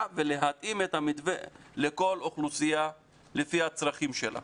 ולהתאים את המתווה לכל אוכלוסייה לפי הצרכים שלה.